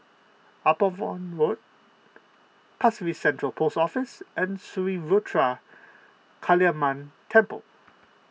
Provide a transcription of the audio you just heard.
Upavon Road Pasir Ris Central Post Office and Sri Ruthra Kaliamman Temple